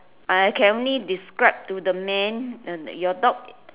I can only describe to the man uh your dog